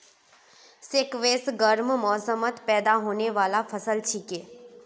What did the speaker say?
squash गर्म मौसमत पैदा होने बाला फसल छिके